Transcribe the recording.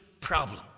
problem